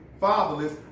fatherless